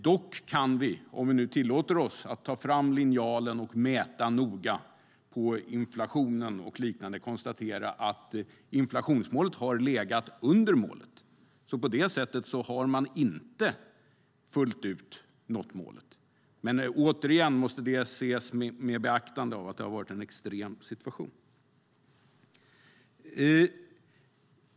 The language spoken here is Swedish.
Dock kan vi, om vi nu tillåter oss att ta fram linjalen och noga mäta inflationen och liknande, konstatera att inflationsmålet har legat under målet. På det sättet har man alltså inte fullt ut nått målet. Återigen måste dock detta ses med beaktande av att det har varit en extrem situation.